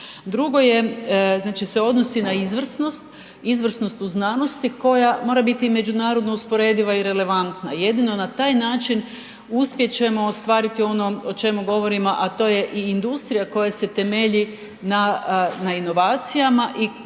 Drugo je, znači se odnosi na izvrsnost, izvrsnost u znanosti koja mora biti i međunarodno usporediva i relevantna, jedino na taj način uspjet ćemo ostvariti ono o čemu govorimo, a to je i industrija koja se temelji na inovacijama i naravno,